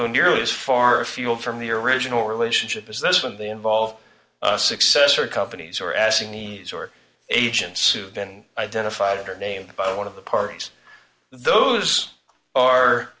go nearly as far afield from the original relationship as those when they involve successor companies or asking knees or agents who've been identified or named by one of the parties those are